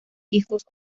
hijos